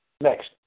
Next